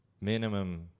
minimum